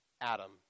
Adam